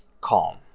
calm